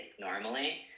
normally